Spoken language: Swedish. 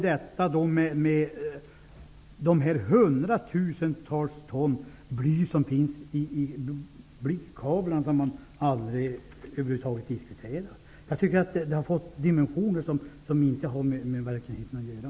Dessutom finns hundratusentals ton bly i blykablar, vilket man över huvud taget aldrig diskuterar. Jag tycker att den här frågan har fått dimensioner som inte har med verkligheten att göra.